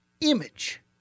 image